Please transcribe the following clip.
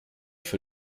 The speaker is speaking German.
für